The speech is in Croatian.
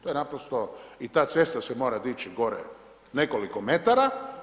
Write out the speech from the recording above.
To je naprosto, i ta cesta se mora dići gore nekoliko metara.